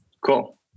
Cool